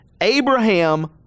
Abraham